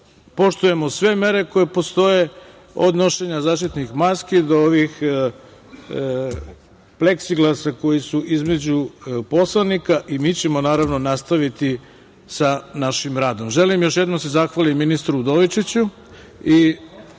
poštujemo sve mere koje postoje, od nošenja zaštitnih maski, do ovih pleksiglasa koji su između poslanika i mi ćemo naravno nastaviti sa našim radom. Želim još jednom da se zahvalim ministru Udovičiću